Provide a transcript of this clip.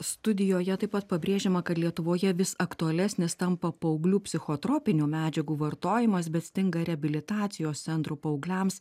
studijoje taip pat pabrėžiama kad lietuvoje vis aktualesnis tampa paauglių psichotropinių medžiagų vartojimas bet stinga reabilitacijos centrų paaugliams